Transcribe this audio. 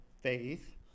faith